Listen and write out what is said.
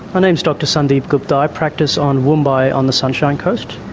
my name is dr sandeep gupta, i practice on woombye on the sunshine coast.